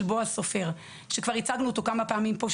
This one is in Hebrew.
בועז סופר שכבר הצגנו אותו כמה פעמים פה,